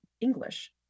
English